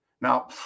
Now